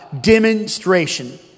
Demonstration